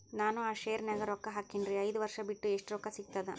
ನಾನು ಆ ಶೇರ ನ್ಯಾಗ ರೊಕ್ಕ ಹಾಕಿನ್ರಿ, ಐದ ವರ್ಷ ಬಿಟ್ಟು ಎಷ್ಟ ರೊಕ್ಕ ಸಿಗ್ತದ?